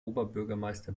oberbürgermeister